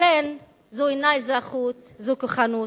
לכן זו אינה אזרחות, זו כוחנות,